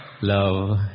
love